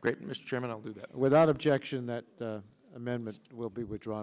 great mr chairman i will do that without objection that amendment will be withdrawn